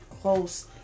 close